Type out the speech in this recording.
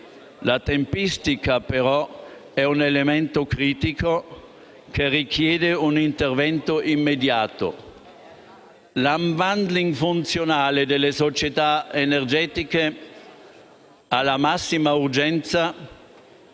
La tempistica però è un elemento critico che richiede un intervento immediato: l'*unbundling* funzionale delle società energetiche ha la massima urgenza